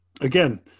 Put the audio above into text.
again